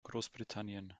großbritannien